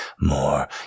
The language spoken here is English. More